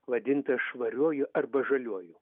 vadintas švariuoju arba žaliuoju